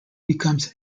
becomes